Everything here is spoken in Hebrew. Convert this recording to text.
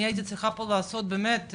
אני הייתי צריכה לעשות פה באמת,